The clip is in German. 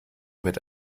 mit